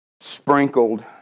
Sprinkled